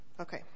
Okay